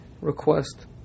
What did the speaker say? request